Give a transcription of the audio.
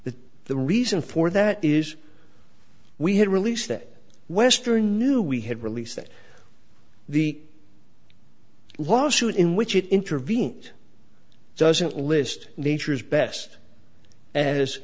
that the reason for that is we had released that western knew we had released that the lawsuit in which it intervened doesn't list nature's best as